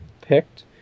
picked